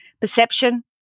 Perception